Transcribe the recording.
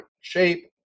shape